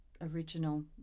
original